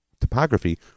topography